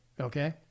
okay